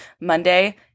Monday